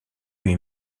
luy